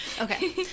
Okay